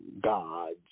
gods